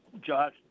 josh